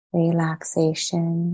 relaxation